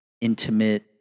intimate